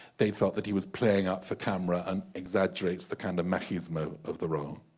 they felt that he was playing up for camera and exaggerates the kind of machismo of the role